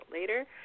later